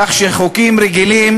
כך שחוקים רגילים